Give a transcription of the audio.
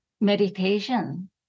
meditation